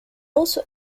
also